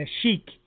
Chic